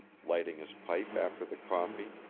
lighting his pipe after the coffee,